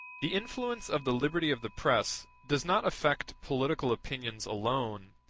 the influence of the liberty of the press does not affect political opinions alone,